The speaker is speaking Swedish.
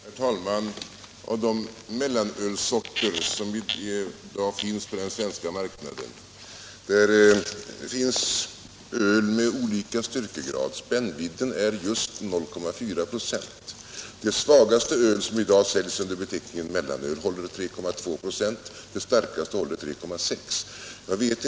Herr talman! Bland de mellanölssorter som i dag saluförs på den svenska marknaden finns öl med olika styrkegrad. Spännvidden är just 0,4 96. Det svagaste öl som i dag säljs under beteckningen mellanöl håller 3,2 96, och det starkaste håller 3,6 26.